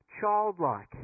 childlike